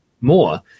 more